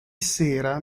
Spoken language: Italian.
sera